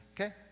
okay